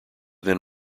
then